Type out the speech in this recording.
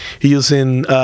using